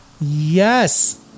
Yes